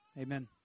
Amen